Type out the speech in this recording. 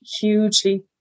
hugely